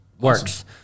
works